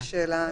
זאת שאלה נפרדת.